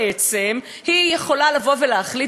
בעצם היא יכולה להחליט,